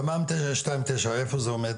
תמ"מ 2/ 9 איפה הוא עומד?